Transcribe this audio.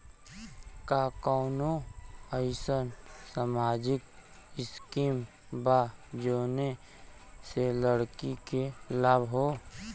का कौनौ अईसन सामाजिक स्किम बा जौने से लड़की के लाभ हो?